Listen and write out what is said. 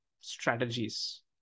strategies